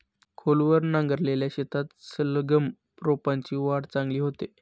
खोलवर नांगरलेल्या शेतात सलगम रोपांची वाढ चांगली होते